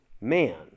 man